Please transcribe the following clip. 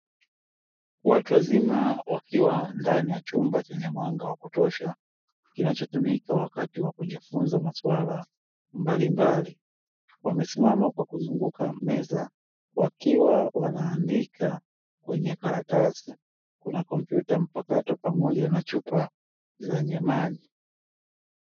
Watu wazima wakiwa ndani ya chumba chenye mwanga wa kutosha kinachotumika wakati wa kujifunza maswala mbalimbali, kwa kuzunguka meza wakiwa wanaandika kwenye karatasi. Kuna kompyuta mpakato pamoja na chupa zenye maji.